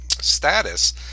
status